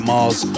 Mars